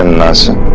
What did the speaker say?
lesson